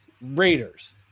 Raiders